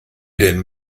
den